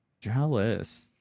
Jealous